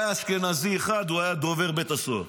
היה אשכנזי אחד, הוא היה דובר בית הסוהר.